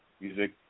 music